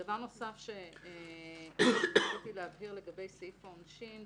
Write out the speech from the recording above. דבר נוסף שרציתי להבהיר לגבי סעיף העונשין.